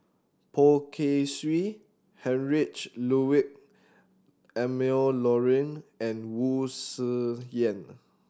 Poh Kay Swee Heinrich Ludwig Emil Luering and Wu Tsai Yen